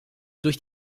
durch